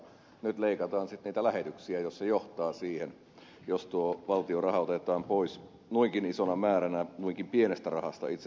nyt leikataan sitten niitä lähetyksiä jos se johtaa siihen jos tuo valtion raha otetaan pois noinkin isona määränä noinkin pienestä rahasta itse asiassa